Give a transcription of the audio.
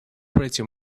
pretty